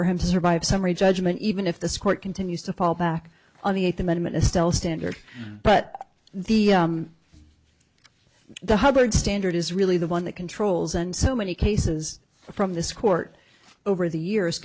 for him to survive summary judgment even if this court continues to fall back on the eighth amendment is still standard but the the hubbard standard is really the one that controls and so many cases from this court over the years